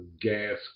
gas